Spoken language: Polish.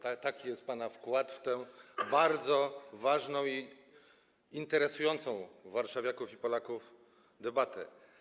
Taki jest pana wkład w tę bardzo ważną i interesującą warszawiaków i Polaków debatę.